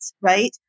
right